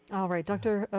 all right, dr.